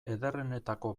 ederrenetako